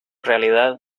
realidad